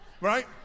right